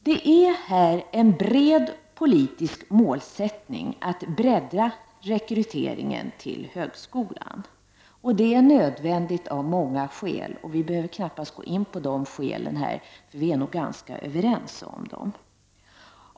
Det är en bred politisk målsättning att bredda rekryteringen till högskolan. Det är nödvändigt av många skäl. Vi behöver knappast gå in på de skälen. Vi är ganska överens om dem.